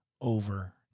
over